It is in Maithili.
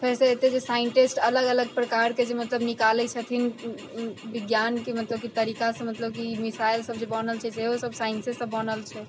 फेरसँ एतेक जे साइन्टिस्ट अलग अलग प्रकारके जे मतलब निकालै छथिन विज्ञानके मतलब कि तरीकासँ मतलब कि मिसाइलसब जे बनल छै सेहो सब साइन्सेसँ बनल छै